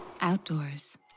outdoors